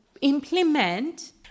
implement